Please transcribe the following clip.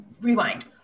Rewind